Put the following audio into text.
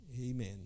amen